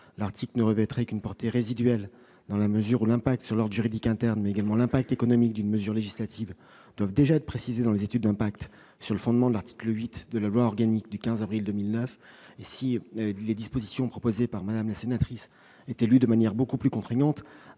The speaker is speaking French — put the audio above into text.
l'article ne revêtirait qu'une portée résiduelle, dans la mesure où l'impact sur l'ordre juridique interne mais également l'incidence économique d'une mesure législative doivent déjà être précisés dans les études d'impact, sur le fondement de l'article 8 de la loi organique du 15 avril 2009. À l'inverse, si le dispositif de l'amendement devait être interprété de manière beaucoup plus contraignante,